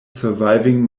surviving